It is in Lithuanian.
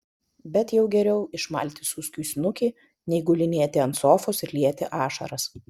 bet jau geriau išmalti suskiui snukį nei gulinėti ant sofos ir lieti ašaras